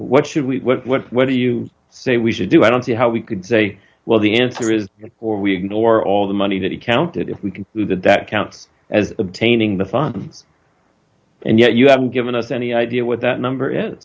what should we what do you say we should do i don't see how we could say well the answer is yes or we ignore all the money that he counted if we can do that that counts as obtaining the phantom's and yet you haven't given us any idea what that number is